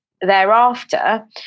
thereafter